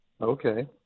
okay